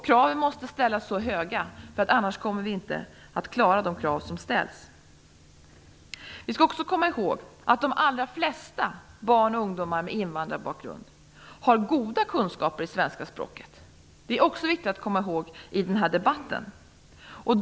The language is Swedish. Kraven måste ställas så högt - annars kommer man inte att klara sig i det svenska samhället. De allra flesta barn och ungdomar med invandrarbakgrund har dock goda kunskaper i svenska språket. Det är också viktigt att komma ihåg i den här debatten.